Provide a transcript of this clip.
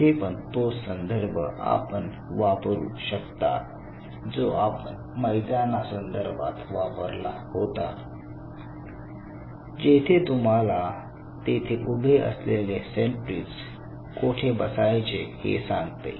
येथे पण तोच संदर्भ आपण वापरू शकता जो आपण मैदानासंदर्भात वापरला होता जेथे तुम्हाला तेथे उभे असलेले सेंट्रींज तुम्हाला कोठे बसायचे आहे हे सांगते